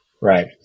right